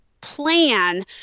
plan